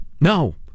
No